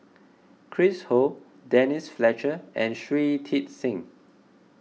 Chris Ho Denise Fletcher and Shui Tit Sing